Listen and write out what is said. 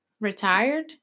retired